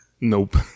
nope